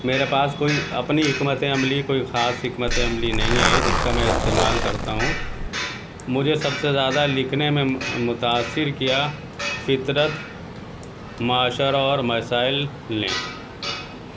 میرے پاس کوئی اپنی حکمت عملی کوئی خاص حکمت عملی نہیں ہے جس کا میں استعمال کرتا ہوں مجھے سب سے زیادہ لکھنے نے متاثر کیا فطرت معاشرہ اور مسائل نے